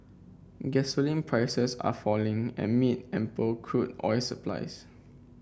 gasoline prices are falling amid ample crude oil supplies